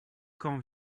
quand